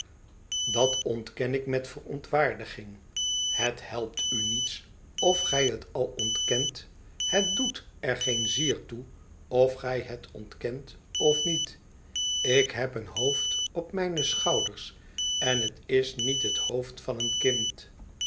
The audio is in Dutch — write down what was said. dat ontken ik met verontwaardiging het helpt u niets of gij het al ontkent het doet er geen zier toe of gij het ontkent of niet ik heb een hoofd op mijne schouders en het is niet het hoofd van een kind